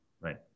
Right